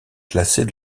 classés